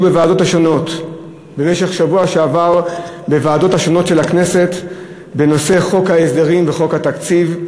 בשבוע שעבר בוועדות השונות של הכנסת בנושא חוק ההסדרים וחוק התקציב,